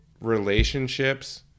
relationships –